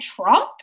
Trump